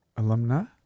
Alumna